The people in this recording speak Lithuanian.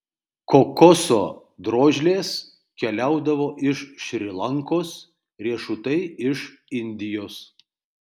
kokoso drožlės keliaudavo iš šri lankos riešutai iš indijos